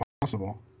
possible